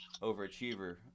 Overachiever